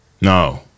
No